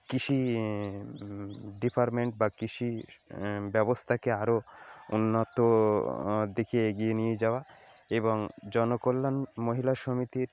কৃষি ডিপার্টমেন্ট বা কৃষির ব্যবস্থাকে আরও উন্নত দিকে এগিয়ে নিয়ে যাওয়া এবং জনকল্যাণ মহিলা সমিতির